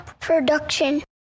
Production